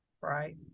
Right